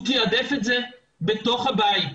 הוא תעדף את זה בתוך הבית.